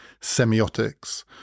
semiotics